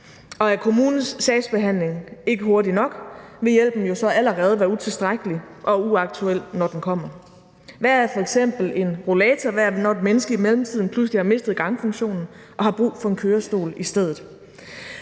Og er kommunens sagsbehandling ikke hurtig nok, vil hjælpen jo så allerede være utilstrækkelig og uaktuel, når den kommer. Hvad er f.eks. en rollator værd, når et menneske i mellemtiden pludselig har mistet gangfunktionen og har brug for en kørestol i stedet?